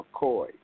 McCoy